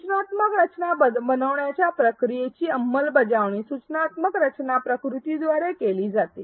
सूचनात्मक रचना बनवण्याच्या प्रक्रियेची अंमलबजावणी सूचनात्मक रचना प्रतिकृतीद्वारे केली जाते